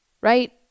right